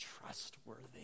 trustworthy